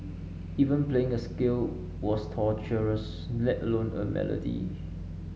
even playing a scale was torturous let alone a melody